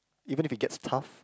even if it gets tough